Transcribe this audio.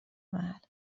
محل